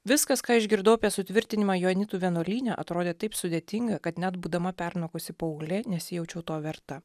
viskas ką išgirdau apie sutvirtinimą joanitų vienuolyne atrodė taip sudėtinga kad net būdama pernokusi paauglė nesijaučiau to verta